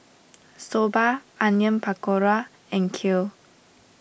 Soba Onion Pakora and Kheer